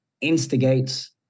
instigates